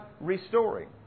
restoring